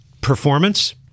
performance